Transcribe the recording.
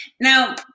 Now